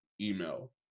email